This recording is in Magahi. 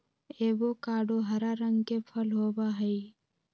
एवोकाडो हरा रंग के फल होबा हई